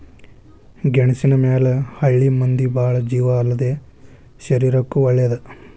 ಗೆಣಸಿನ ಮ್ಯಾಲ ಹಳ್ಳಿ ಮಂದಿ ಬಾಳ ಜೇವ ಅಲ್ಲದೇ ಶರೇರಕ್ಕೂ ವಳೇದ